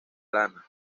lana